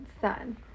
son